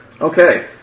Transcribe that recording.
Okay